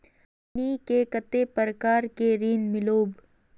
हमनी के कते प्रकार के ऋण मीलोब?